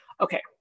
Okay